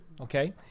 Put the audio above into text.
Okay